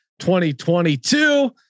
2022